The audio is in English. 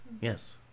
Yes